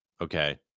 Okay